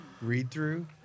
read-through